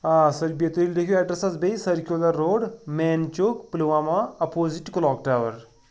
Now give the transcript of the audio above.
آ سَر بیٚیہِ تُہۍ لیٚکھِو ایٚڈرَس حظ بیٚیہِ سٔرکوٗلَر روڈ مین چوک پُلوامہ اَپوزِٹ کلاک ٹاوَر